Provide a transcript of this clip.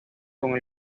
con